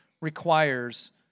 requires